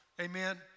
amen